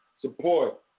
Support